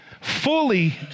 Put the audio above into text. fully